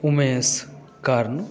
Umesh Karn